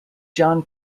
john